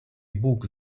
бук